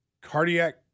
cardiac